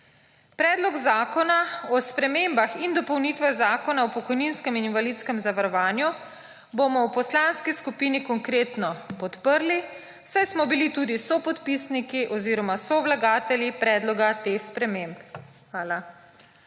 Predlog zakona o spremembah in dopolnitvah Zakona o pokojninskem in invalidskem zavarovanju bomo v Poslanski skupini Konkretno podprli, saj smo bili tudi sopodpisniki oziroma sovlagatelji predloga teh sprememb. Hvala.